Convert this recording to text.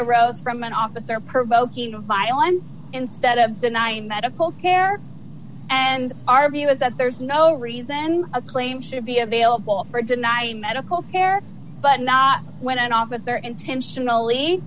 arose from an officer provoking violence instead of denying medical care and our view is that there's no reason a claim should be available for denying medical care but not when an officer intentionally